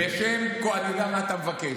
אני יודע מה אתה מבקש.